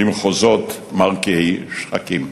למחוזות מרקיעי שחקים.